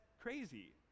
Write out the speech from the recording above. crazy